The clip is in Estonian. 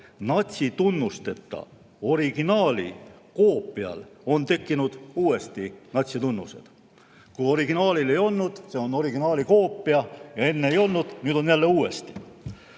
natsitunnusteta originaali koopial on tekkinud uuesti natsitunnused? Originaalil ei olnud ja see on originaali koopia, enne ei olnud, nüüd on jälle uuesti.